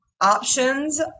options